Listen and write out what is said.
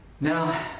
Now